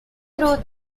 through